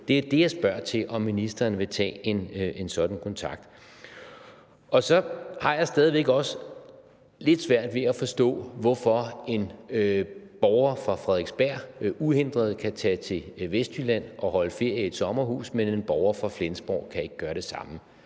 måde, er det, jeg spørger til, og om ministeren vil tage en sådan kontakt. Så har jeg stadig væk lidt svært ved at forstå, hvorfor en borger fra Frederiksberg uhindret kan tage til Vestjylland og holde ferie i et sommerhus, mens en borger fra Flensborg ikke kan gøre det samme,